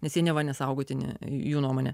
nes jie neva nesaugotini jų nuomone